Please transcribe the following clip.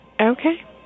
Okay